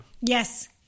Yes